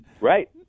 Right